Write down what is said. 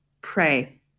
pray